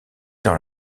dans